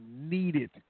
needed